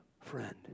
friend